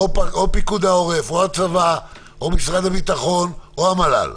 פיקוד העורף, הצבא, משרד הביטחון או המל"ל.